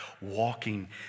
walking